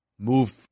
move